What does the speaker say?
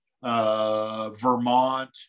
Vermont